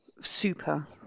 super